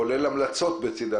והיו בצידן גם המלצות מעשיות.